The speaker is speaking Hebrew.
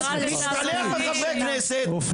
בלי התפרצויות.